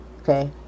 Okay